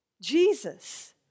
Jesus